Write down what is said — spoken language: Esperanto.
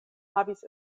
havis